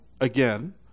again